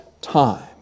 time